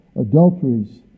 adulteries